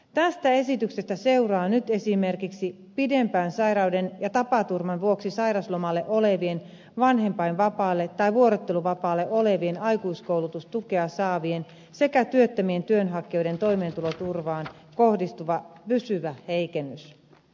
tästä esityksestä seuraa nyt esimerkiksi pidempään sairauden ja tapaturman vuoksi sairauslomalla olevien vanhempainvapaalla tai vuorotteluvapaalla olevien aikuiskoulutustukea saavien sekä työttömien työnhakijoiden toimeentuloturvaan kohdistuva pysyvä heikennys